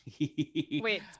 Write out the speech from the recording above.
wait